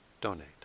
donate